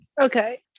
Okay